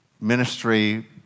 ministry